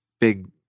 big